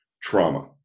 trauma